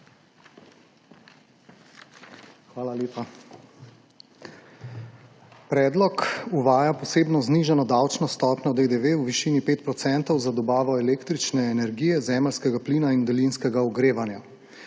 lepa. Predlog uvaja posebno znižano davčno stopnjo DDV v višini 5 % za dobavo električne energije, zemeljskega plina in daljinskega ogrevanja.